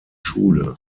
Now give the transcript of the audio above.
schule